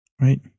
Right